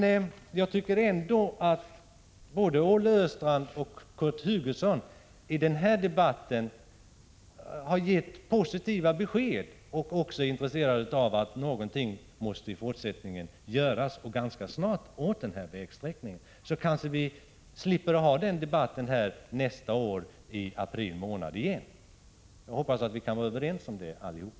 Jag tycker ändå att både Olle Östrand och Kurt Hugosson har gett positiva besked i den här debatten och visat att de är intresserade av att någonting görs ganska snart åt denna vägsträckning. Om så blir fallet kanske vi slipper att ha denna debatt också nästa år i april. Jag hoppas att vi kan vara överens om det allihop.